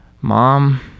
Mom